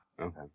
Okay